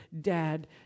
dad